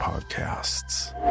podcasts